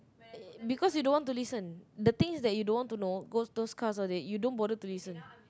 because you don't want to listen the thing is you don't want to know go those class all that you don't bother to listen